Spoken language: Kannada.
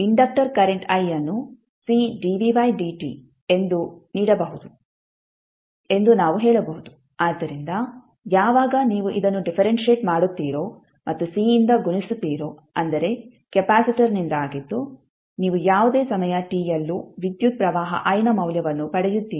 ಇಂಡಕ್ಟರ್ ಕರೆಂಟ್ i ಅನ್ನು C dv ಬೈ dtಎಂದು ನೀಡಬಹುದು ಎಂದು ನಾವು ಹೇಳಬಹುದು ಆದ್ದರಿಂದ ಯಾವಾಗ ನೀವು ಇದನ್ನು ಡಿಫರೆಂಶಿಯೆಟ್ ಮಾಡುತ್ತೀರೋ ಮತ್ತು C ಯಿಂದ ಗುಣಿಸುತ್ತೀರೋ ಅಂದರೆ ಕೆಪಾಸಿಟರ್ನಿಂದ ಆಗಿದ್ದು ನೀವು ಯಾವುದೇ ಸಮಯ t ಯಲ್ಲೂ ವಿದ್ಯುತ್ ಪ್ರವಾಹ i ನ ಮೌಲ್ಯವನ್ನು ಪಡೆಯುತ್ತೀರಿ